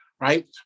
right